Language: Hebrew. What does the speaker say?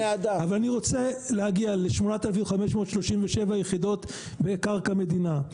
אבל אני רוצה להגיע ל-8,537 יחידות בקרקע מדינה.